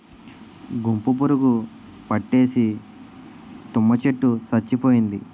గుంపు పురుగు పట్టేసి తుమ్మ చెట్టు సచ్చిపోయింది